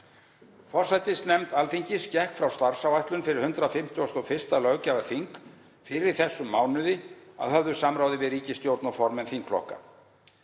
Forsætisnefnd Alþingis gekk frá starfsáætlun fyrir 151. löggjafarþing fyrr í þessum mánuði að höfðu samráði við ríkisstjórn og formenn þingflokka.